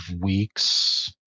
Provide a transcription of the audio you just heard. weeks